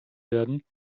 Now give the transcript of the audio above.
werden